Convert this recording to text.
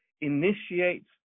initiates